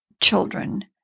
children